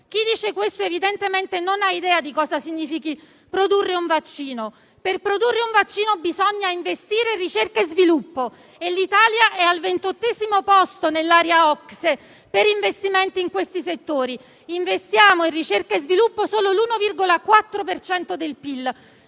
chi dice questo evidentemente non ha idea di cosa significhi produrre un vaccino. Per produrre un vaccino bisogna investire in ricerca e sviluppo e l'Italia è al ventottesimo posto nell'area OCSE per investimenti in questi settori. Investiamo in ricerca e sviluppo solo l'1,4 per